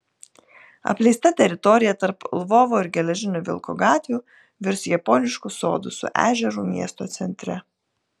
apleista teritorija tarp lvovo ir geležinio vilko gatvių virs japonišku sodu su ežeru miesto centre